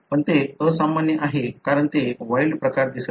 पण ते असामान्य आहे कारण ते वाइल्ड प्रकारात दिसत नाही